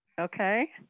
Okay